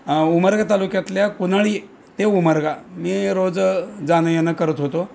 उमरगा तालुक्यातल्या कुनाळी ते उमरगा मी रोज जाणंयेणं करत होतो